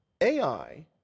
AI